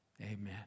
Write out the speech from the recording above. Amen